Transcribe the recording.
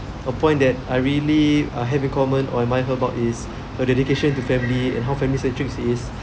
a point that I really err have in common or remind her about is her dedication to family and how family centric she is